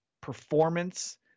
performance